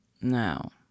Now